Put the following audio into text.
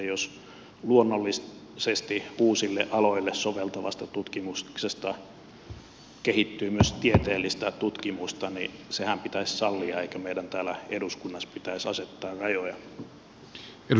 jos uusille aloille soveltavasta tutkimuksesta kehittyy luonnollisesti myös tieteellistä tutkimusta niin sehän pitäisi sallia eikä meidän täällä eduskunnassa pitäisi asettaa rajoja